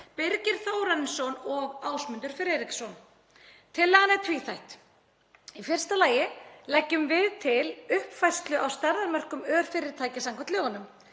Birgir Þórarinsson og Ásmundur Friðriksson. Tillagan er tvíþætt. Í fyrsta lagi leggjum við til uppfærslu á stærðarmörkum örfyrirtækja samkvæmt lögunum.